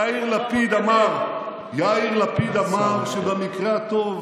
יאיר לפיד אמר שבמקרה הטוב